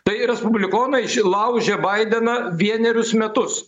tai respublikonai išlaužė baideną vienerius metus